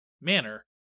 manner